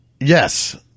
Yes